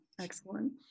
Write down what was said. Excellent